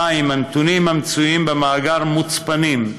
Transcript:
2. הנתונים המצויים במאגר מוצפנים,